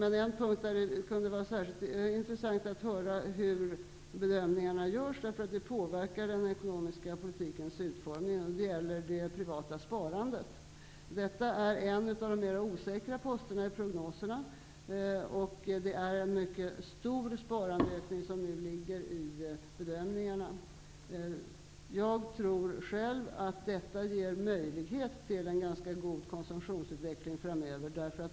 Det här gäller dock en punkt där det skulle vara särskilt intressant att höra hur bedömningarna görs, eftersom de påverkar den ekonomiska politikens utformning. Det gäller det privata sparandet. Detta är en av de mera osäkra posterna i prognoserna. I bedömningarna ligger en mycket stor sparandeökning. Jag tror själv att detta ger möjlighet till en ganska god konsumtionsutveckling framöver.